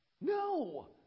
No